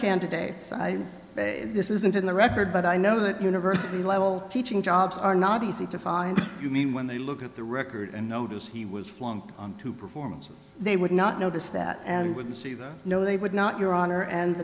candidates i this isn't in the record but i know that university level teaching jobs are not easy to find you mean when they look at the record and notice he was flung on to performance they would not notice that and would see that no they would not your honor and